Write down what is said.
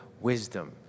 wisdom